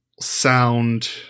sound